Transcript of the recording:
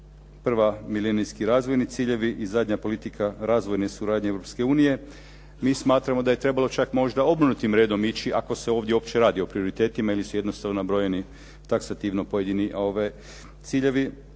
Prva milenijski razvojni ciljevi i zadnja politika razvojne suradnje Europske unije. Mi smatramo da je trebalo čak možda obrnutim redom ići ako se ovdje uopće radi o prioritetima ili su jednostavno nabrojeni taksativno pojedini ciljevi.